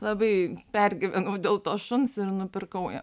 labai pergyvenau dėl to šuns ir nupirkau jam